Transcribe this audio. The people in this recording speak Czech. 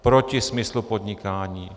Proti smyslu podnikání.